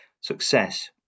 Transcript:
success